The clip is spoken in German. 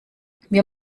wir